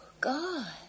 God